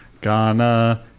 Ghana